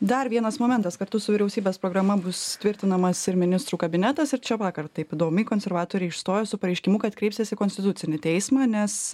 dar vienas momentas kartu su vyriausybės programa bus tvirtinamas ir ministrų kabinetas ir čia vakar taip įdomiai konservatoriai išstojo su pareiškimu kad kreipsis į konstitucinį teismą nes